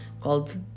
called